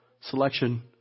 selection